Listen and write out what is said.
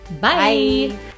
Bye